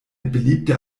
beliebte